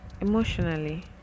emotionally